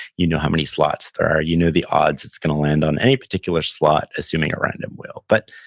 you know how many slots there are. you know the odds it's gonna land on any particular slot, assuming a random wheel, but,